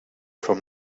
from